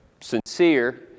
sincere